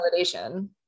validation